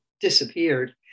disappeared